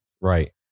right